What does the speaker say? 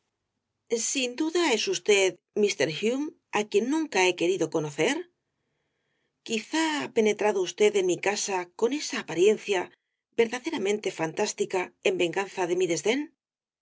sin duda es usted mister hume á quien nunca he querido conocer quizá ha penetrado usted en mi casa con esa apariencia verdaderamente fantástica en venganza de mi desdén